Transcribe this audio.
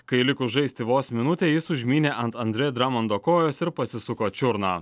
kai likus žaisti vos minutę jis užmynė ant andre dremondo kojos ir pasisuko čiurną